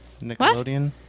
Nickelodeon